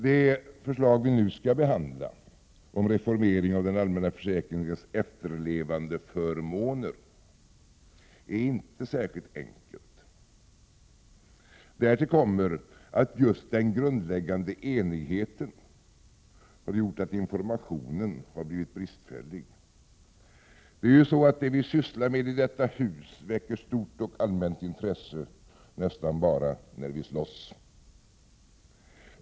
Det förslag vi nu skall behandla, om reformering av den allmänna försäkringens efterlevandeförmåner, är inte särskilt enkelt. Därtill kommer att just den grundläggande enigheten har gjort att informationen har blivit bristfällig. Det vi sysslar med i detta hus väcker stort allmänt intresse nästan bara när vi slåss.